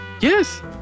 Yes